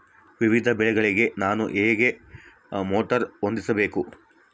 ವಿವಿಧ ಬೆಳೆಗಳಿಗೆ ನಾನು ಹೇಗೆ ಮೋಟಾರ್ ಹೊಂದಿಸಬೇಕು?